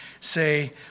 say